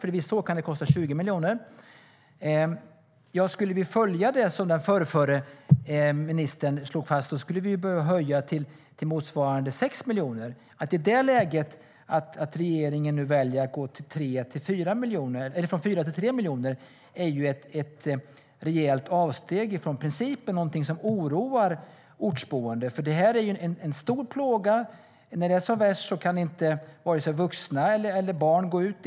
Vissa år kan det nämligen kosta 20 miljoner. Skulle vi följa det som den förrförra ministern slog fast skulle vi behöva höja till motsvarande 6 miljoner. Att regeringen i det läget nu väljer att gå från 4 miljoner till 3 miljoner är ett rejält avsteg från principen och någonting som oroar ortsboende, för det här är en stor plåga. När det är som värst kan varken vuxna eller barn gå ut.